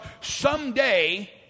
someday